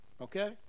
Okay